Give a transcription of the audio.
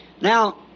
Now